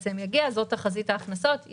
זו תחזית ההכנסות,